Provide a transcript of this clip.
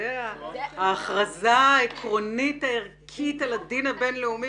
זאת ההכרזה העקרונית הערכית של הדין הבין-לאומי?